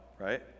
Right